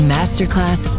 Masterclass